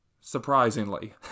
surprisingly